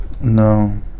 No